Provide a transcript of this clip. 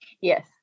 Yes